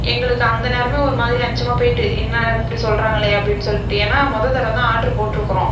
எங்களுக்கு அந்த நேரமே ஒரு மாதிரி அச்சமாக போயிட்டு என்ன இப்படி சொல்லுறாங்களே அப்படின்னு சொல்லிட்டு ஏன்னால் மொதல் தடவைதான் ஆர்டரு போட்டிருக்குறோம்